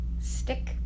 stick